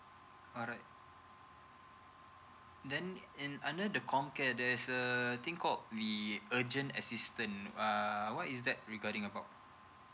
alright then in under the comcare there's err thing called the urgent assistant um what is that regarding about